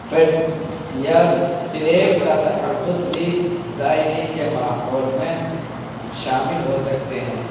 fit یا track کا تحفظ بھی زائرین کے ماحول میں شامل ہو سکتے ہیں